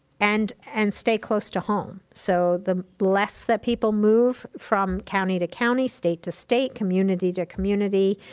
and and stay close to home. so the less that people move from county to county, state to state, community to community,